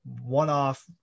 one-off